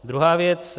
Druhá věc.